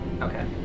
Okay